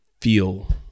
feel